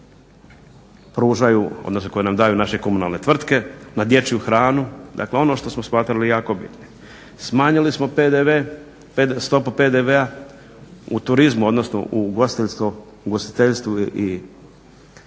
pružaju odnosno koju nam daju naše komunalne tvrtke, na dječju hranu dakle ono što smo smatrali jako bitnim. Smanjili smo PDV, stopu PDV-a u turizmu, odnosno u ugostiteljstvu i